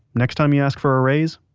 next time you ask for a raise,